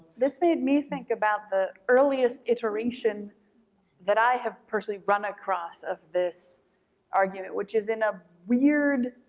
this made me think about the earliest iteration that i have personally run across of this argument which is in a weird,